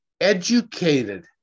educated